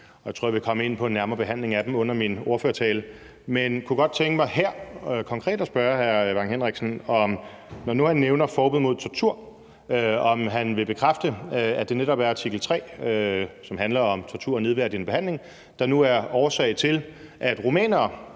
jeg tror, at jeg vil komme ind på en nærmere behandling af dem i min ordførertale. Men jeg kunne godt tænke mig her konkret at spørge hr. Preben Bang Henriksen, om han, når nu han nævner forbud mod tortur, vil bekræfte, at det netop er artikel 3, som handler om tortur og nedværdigende behandling, der nu er årsag til, at rumænere,